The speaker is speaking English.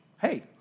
hey